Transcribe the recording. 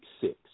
six